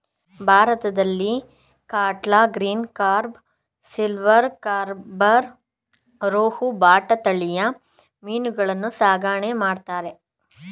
ಭಾರತದಲ್ಲಿ catla, green carp, silver carp, rohu, bata ತಳಿಯ ಮೀನುಗಳನ್ನು ಸಾಕಣೆ ಮಾಡ್ತರೆ